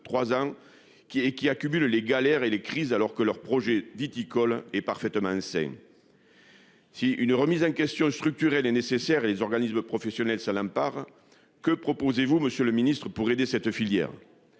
qui est qui accumule les galères et les crises, alors que leur projet d'Ethical est parfaitement sain. Si une remise en question structurelle est nécessaire et les organismes professionnels par que proposez-vous Monsieur le Ministre pour aider cette filière.